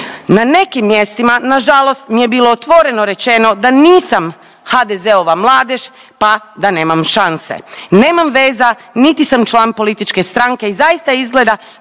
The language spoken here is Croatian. Na nekim mjestima na žalost mi je bilo otvoreno rečeno da nisam HDZ-ova mladež pa da nemam šanse. Nemam veza niti sam član političke stranke i zaista izgleda